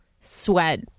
sweat